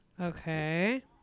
Okay